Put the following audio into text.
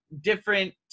different